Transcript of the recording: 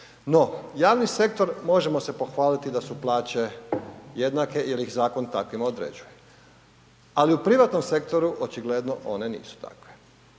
No, javni sektor, možemo se pohvaliti da su plaće jednake jer ih zakon takvima određuje ali u privatnom sektoru očigledno one nisu takve.